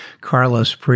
Carlos